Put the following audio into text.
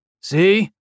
See